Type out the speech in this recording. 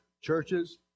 churches